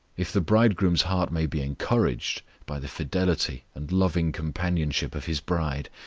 if the bridegroom's heart may be encouraged by the fidelity and loving companionship of his bride,